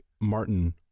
Martin